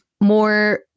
More